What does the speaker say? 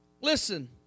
Listen